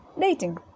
dating